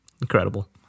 Incredible